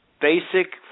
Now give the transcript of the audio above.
basic